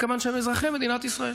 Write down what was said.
מכיוון שהם אזרחי מדינת ישראל.